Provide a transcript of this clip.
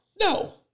No